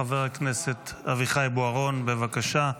חבר הכנסת אביחי בוארון, בבקשה.